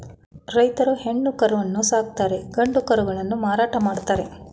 ರೈತ್ರು ಹೆಣ್ಣು ಕರುವನ್ನು ಸಾಕುತ್ತಾರೆ ಗಂಡು ಕರುಗಳನ್ನು ಮಾರಾಟ ಮಾಡ್ತರೆ